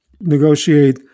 negotiate